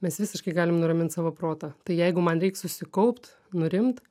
mes visiškai galim nuramint savo protą tai jeigu man reik susikaupt nurimt